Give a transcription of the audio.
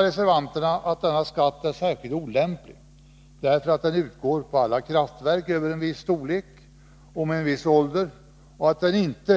Reservanterna menar att denna skatt är särskilt olämplig, därför att den utgår på alla kraftverk över en viss storlek och med en viss ålder och inte